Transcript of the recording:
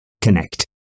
connect